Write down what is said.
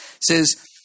says